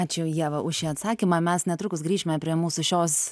ačiū ieva už šį atsakymą mes netrukus grįšime prie mūsų šios